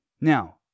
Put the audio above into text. Now